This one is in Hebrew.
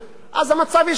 אז המצב ישתנה.